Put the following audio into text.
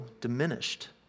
diminished